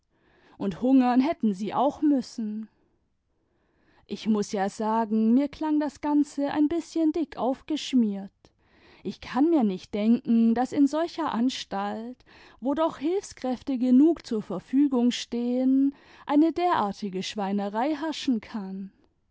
und hungern hätten sie auch müssen ich muß ja sagen mir klang das ganze ein bißchen dick aufgeschmiert ich kann mir nicht denken daß in solcher anstalt wo doch hilfskräfte genug zur verfügung stehen eine derartige schweinerei herrschen kann